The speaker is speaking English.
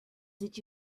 did